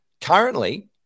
Currently